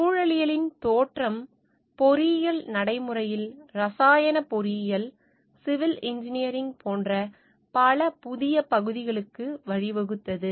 சூழலியலின் தோற்றம் பொறியியல் நடைமுறையில் இரசாயன பொறியியல் சிவில் இன்ஜினியரிங் போன்ற பல புதிய பகுதிகளுக்கு வழிவகுத்தது